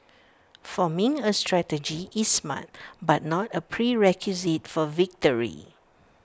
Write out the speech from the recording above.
forming A strategy is smart but not A prerequisite for victory